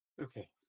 Okay